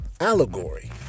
Allegory